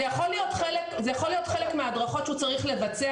זה יכול להיות חלק מההדרכות שהוא צריך לבצע